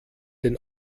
den